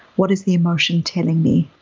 what is the emotion telling me?